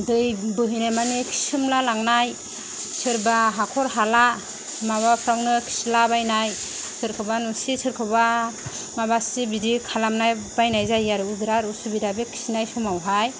दै बोहोनाय मानि खिसोमला लांनाय सोरबा हाखर हाला माबाफ्रावनो खिला बायनाय सोरखौबा नुसि सोरखौबा माबासि बिदि खालामनाय जायो आरो बि बिरात उसुबिदा बे खिनाय समावहाय